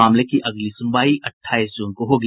मामले की अगली सुनवाई अठाईस जून को होगी